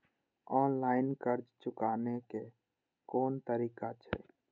Online कर्ज चुकाने के कोन तरीका छै?